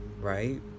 right